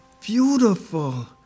beautiful